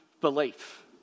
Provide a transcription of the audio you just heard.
belief